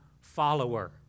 follower